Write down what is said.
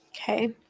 Okay